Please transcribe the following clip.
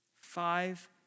Five